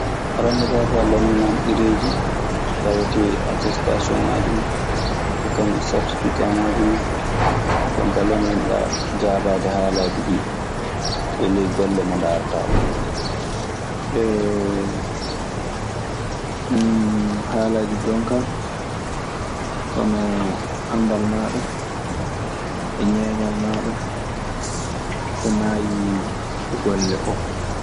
Arannde kaa fuu a lanndinan ɗereeji tawetee atestaasiyonŋaaji maa, e kañum sertifikkaŋaaji maa. Jonkaa lanndinoɗaa jaabaade haalaaji ɗii du, e ley golle mo ndaarataa oo. Haalaaji jonkaa, hooon anndal maaɗa e ñeeñal maaɗa ko naayi e golle oo.